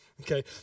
Okay